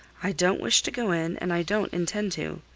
i don't wish to go in, and i don't intend to.